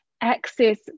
access